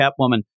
Catwoman